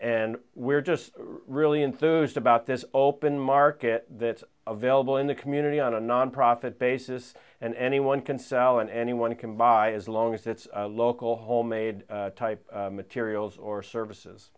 and we're just really enthused about this open market that's available in the community on a nonprofit basis and anyone can sell and anyone can buy as long as it's local homemade type materials or services